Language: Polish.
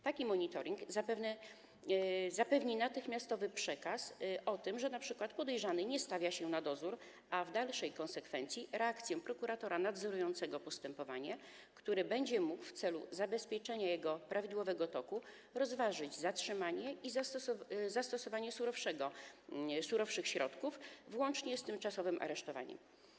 Taki monitoring zapewni natychmiastowy przekaz, że np. podejrzany nie stawia się na dozór, a w dalszej konsekwencji reakcję prokuratora nadzorującego postępowanie, który będzie mógł w celu zabezpieczenia jego prawidłowego toku rozważyć zatrzymanie i zastosowanie surowszych środków, włącznie z tymczasowym aresztowaniem.